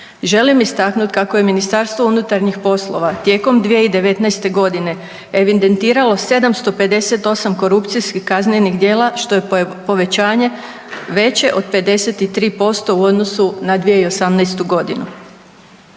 Želim istaknuti kako je MUP tijekom 2019. godine evidentiralo 758 korupcijskih kaznenih djela što je povećanje veće od 53% u odnosu na 2018. godinu.